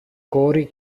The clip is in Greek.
κόρη